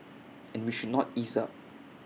and we should not ease up